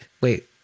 wait